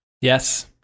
Yes